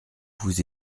vous